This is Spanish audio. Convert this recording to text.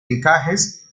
encajes